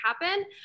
happen